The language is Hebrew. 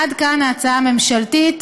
עד כאן ההצעה הממשלתית.